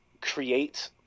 create